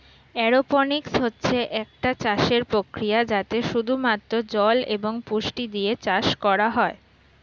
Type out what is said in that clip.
aeroponics হচ্ছে একটা চাষের প্রক্রিয়া যাতে শুধু মাত্র জল এবং পুষ্টি দিয়ে চাষ করা হয়